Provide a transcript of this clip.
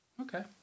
Okay